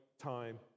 time